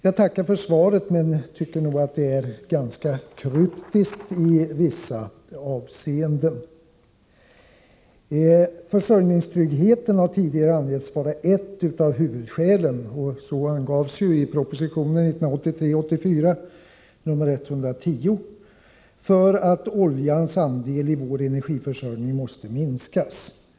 Jag tackar för svaret, men jag tycker nog att det är ganska kryptiskt i vissa avseenden. Försörjningstryggheten har tidigare angetts vara ett av de viktigaste skälen — det angavs ju i proposition 1983/84:110 — till att oljans andel i vår energiförsörjning måste minskas.